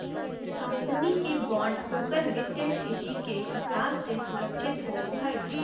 company के bond ओकर वित्तीय स्थिति के हिसाब से सुरक्षित होवो हइ